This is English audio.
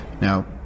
Now